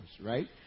right